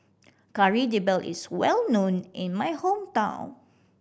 Kari Debal is well known in my hometown